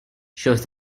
shows